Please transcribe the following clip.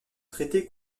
traité